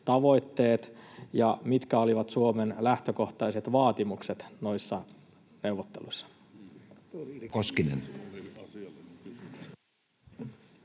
ja mitkä olivat Suomen lähtökohtaiset vaatimukset noissa neuvotteluissa?